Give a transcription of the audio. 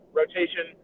rotation